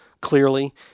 clearly